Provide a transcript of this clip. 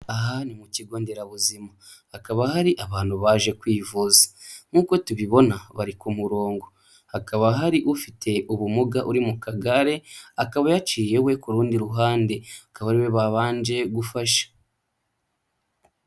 Aha ni mu kigo nderabuzima hakaba hari abantu baje kwivuza nk'uko tubibona bari ku murongo, hakaba hari ufite ubumuga uri mu kagare akaba yaciye we ku rundi ruhande akaba ariwe babanje gufasha.